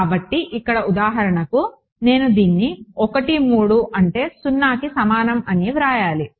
కాబట్టి ఇక్కడ ఉదాహరణకు నేను దీన్ని 1 3 అంటే 0కి సమానం అని వ్రాయాలి